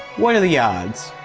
what are the odds?